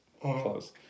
close